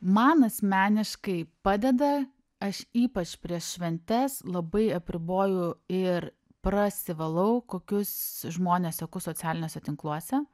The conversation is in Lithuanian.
man asmeniškai padeda aš ypač prieš šventes labai apriboju ir prasivalau kokius žmones seku socialiniuose tinkluose